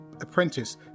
Apprentice